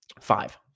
Five